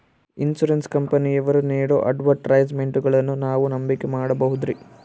Insurance ಕಂಪನಿಯವರು ನೇಡೋ ಅಡ್ವರ್ಟೈಸ್ಮೆಂಟ್ಗಳನ್ನು ನಾವು ನಂಬಿಕೆ ಮಾಡಬಹುದ್ರಿ?